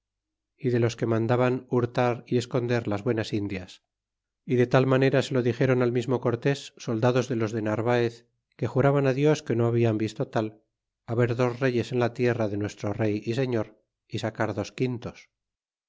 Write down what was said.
y de los que mandaban hurtar y esconder las buenas indias y de tal manera se lo dixéron al mismo cortés soldados de os de narvaez que juraban á dios que no habian visto tal haber dos reyes en la tierra de nuestro rey y señor y sacar dos quintos